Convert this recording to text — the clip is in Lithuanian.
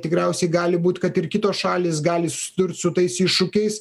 tikriausiai gali būt kad ir kitos šalys gali susidurt su tais iššūkiais